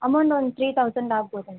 amount ಒಂದು three thousand ಆಗ್ಬಹುದು ಏನೋ